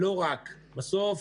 לא בזום?